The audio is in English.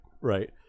right